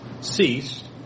ceased